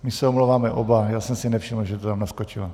My se omlouváme oba, já jsem si nevšiml, že to tam naskočilo.